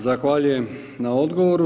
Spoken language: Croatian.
Zahvaljujem na odgovoru.